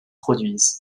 produisent